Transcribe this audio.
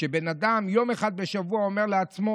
כשבן אדם יום אחד בשבוע אומר לעצמו,